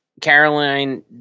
Caroline